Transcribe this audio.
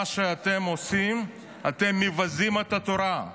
מה שאתם עושים זה לבזות את התורה.